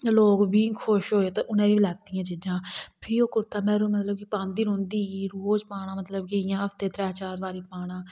लोग बी खुश होऐ ते उनें बी लैतियां चीजां फ्ही ओह् कुर्ता में मतलब कि पांदी रौंहदी ही रोज पाना मतलब कि जियां हफ्ते दे त्रै चार बारी पाना